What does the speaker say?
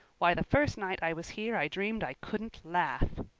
why, the first night i was here i dreamed i couldn't laugh.